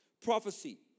prophecy